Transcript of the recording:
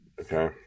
Okay